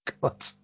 God